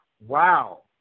Wow